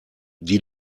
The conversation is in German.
die